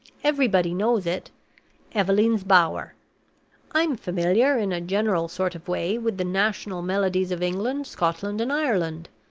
everybody knows it eveleen's bower i'm familiar, in a general sort of way, with the national melodies of england, scotland, and ireland,